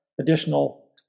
additional